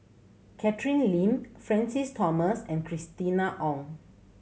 Catherine Lim Francis Thomas and Christina Ong